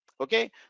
Okay